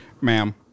Ma'am